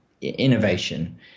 innovation